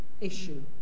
issue